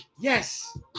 Yes